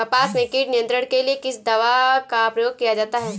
कपास में कीट नियंत्रण के लिए किस दवा का प्रयोग किया जाता है?